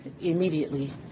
immediately